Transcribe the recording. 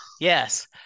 yes